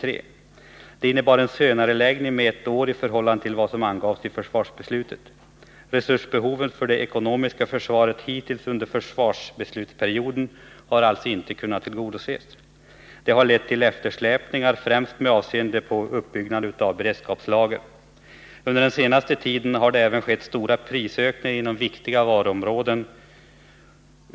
Detta innebar en senareläggning med ett år i förhållande till vad som angavs i försvarsbeslutet. Resursbehoven för det ekonomiska försvaret hittills under försvarsbeslutsperioden har alltså inte kunnat tillgodoses. Detta har lett till eftersläpningar, främst med avseende på uppbyggandet av beredskapslager. Under den senaste tiden har även skett stora prisökningar inom viktiga varuområden.